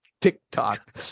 TikTok